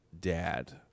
dad